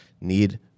need